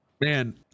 Man